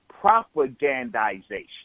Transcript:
propagandization